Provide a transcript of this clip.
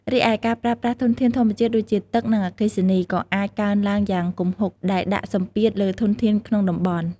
រីឯ ការប្រើប្រាស់ធនធានធម្មជាតិដូចជាទឹក និងអគ្គិសនីក៏អាចកើនឡើងយ៉ាងគំហុក ដែលដាក់សម្ពាធលើធនធានក្នុងតំបន់។